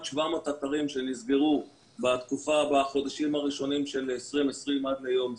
700 אתרים שנסגרו בחודשים הראשונים של 2020 עד ליום זה,